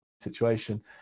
situation